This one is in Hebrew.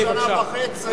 לפני שנה וחצי.